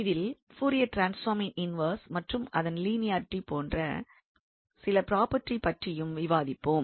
இதில் பூரியர் டிரான்ஸ்பார்மின் இன்வெர்ஸ் மற்றும் அதன் லினியாரிட்டி போன்ற சில பிராபார்ட்டி பற்றியும் விவாதிப்போம்